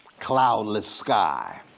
cloudless sky,